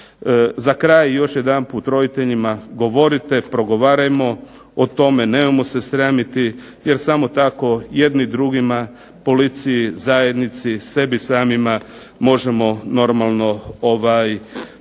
Za kraj još jedanput roditeljima – govorite, progovarajmo o tome, nemojmo se sramiti jer samo tako jedni drugima policiji, zajednici, sebi samima možemo normalno